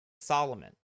Solomon